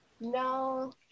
No